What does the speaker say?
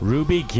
Ruby